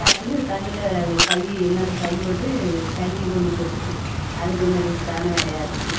டக்குன்னு கல்லில் கை எண்ணெய் கை பட்டு கை கொஞ்சம் பொத்துட்டு அது கொஞ்சம் ரிஸ்க்கான வேலையாக இருந்துச்சு